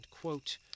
quote